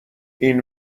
این